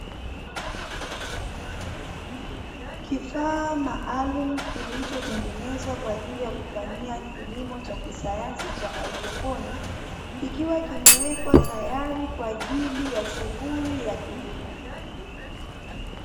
Kifaa maalumu kilichotengenezwa kwa ajili ya kufanyia kilimo cha kisayansi cha haidroponi, kikiwa kimewekwa tayari kwa ajili ya shughuli ya kilimo.